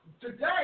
today